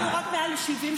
היא אומרת שזה מתייחס,